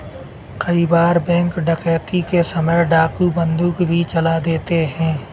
कई बार बैंक डकैती के समय डाकू बंदूक भी चला देते हैं